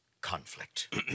conflict